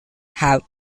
have